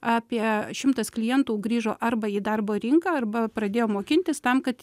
apie šimtas klientų grįžo arba į darbo rinką arba pradėjo mokintis tam kad